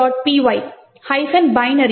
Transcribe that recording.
py-binary